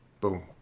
boom